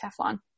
teflon